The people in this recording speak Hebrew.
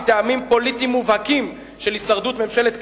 מטעמים פוליטיים מובהקים של הישרדות ממשלת קדימה,